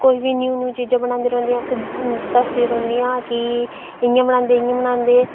कोई बी new new चीज़ां बनांदी रौहंदियां दसदियां रौहंदियां कि इ'यां बनांदे इं'या बनांदे